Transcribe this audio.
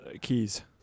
Keys